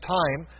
time